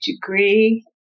degree